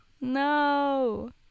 No